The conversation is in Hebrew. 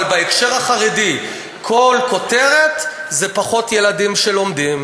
אבל בהקשר החרדי כל כותרת זה פחות ילדים שלומדים.